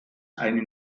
eine